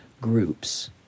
groups